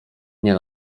nie